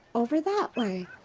over that way?